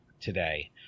today